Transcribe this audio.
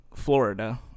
florida